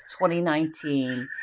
2019